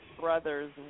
brother's